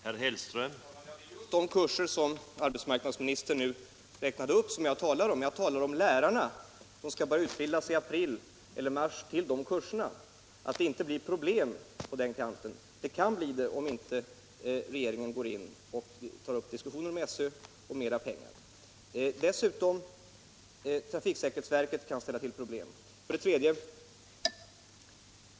Herr talman! Det är just det slags arbetsmarknadskurser som arbetsmarknadsministern nu räknade upp som jag talar om. Jag talar om lärarna som skall börja utbildas till de kurserna i mars eller april. Det får inte bli problem på den kanten. En full behovstäckning kan äventyras om regeringen inte går in och tar upp diskussioner med SÖ om mer pengar. Dessutom kan trafiksäkerhetsverket ställa till problem.